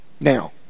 Now